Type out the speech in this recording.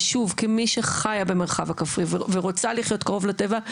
ושוב כמי שחיה במרחב הכפרי ורוצה לחיות קרוב לטבע,